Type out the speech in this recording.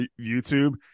youtube